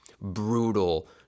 brutal